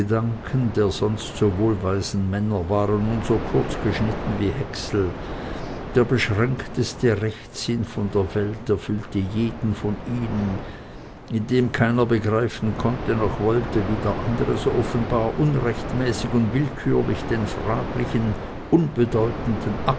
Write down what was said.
gedanken der sonst so wohlweisen männer waren nun so kurz geschnitten wie häcksel der beschränkteste rechtssinn von der welt erfüllte jeden von ihnen indem keiner begreifen konnte noch wollte wie der andere so offenbar unrechtmäßig und willkürlich den fraglichen unbedeutenden